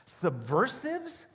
subversives